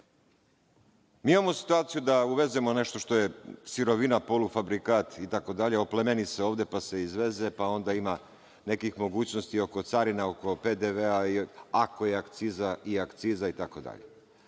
Mi imamo situaciju da uvezemo nešto što je sirovina, polufabrikat itd, oplemeni se ovde pa se izveze, pa onda ima nekih mogućnosti oko carina, PDV ako je akciza i akciza itd. Ne